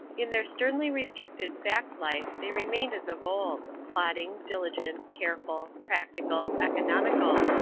in their sternly restricted fact life they remained as of old plodding, diligent, careful, practical, economical.